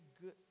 good